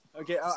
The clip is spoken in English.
Okay